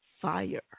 Fire